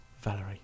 Valerie